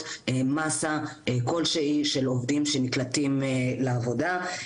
מסה כלשהי של עובדים שנקלטים לעבודה.